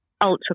ultra